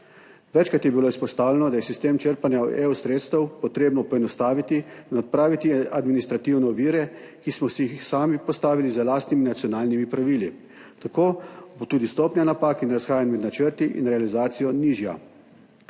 Večkrat je bilo izpostavljeno, da je sistem črpanja sredstev EU potrebno poenostaviti in odpraviti administrativne ovire, ki smo si jih sami postavili z lastnimi nacionalnimi pravili. Tako bo tudi stopnja napak in razhajanj med načrti in realizacijo nižja.